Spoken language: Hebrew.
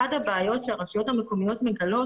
אחת הבעיות שהרשויות המקומיות מגלות